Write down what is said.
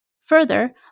Further